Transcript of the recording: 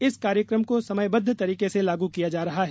इस कार्यक्रम को समयबद्ध तरीके से लागू किया जा रहा है